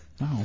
No